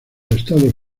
estados